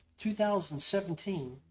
2017